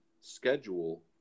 schedule